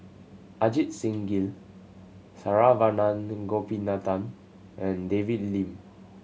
Ajit Singh Gill Saravanan Gopinathan and David Lim